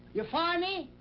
you fire me,